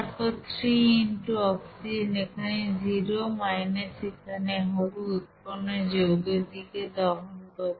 তারপর 3 x oxygen এখানে 0 এখানে হবে উৎপন্ন যৌগের দিকে দহন কত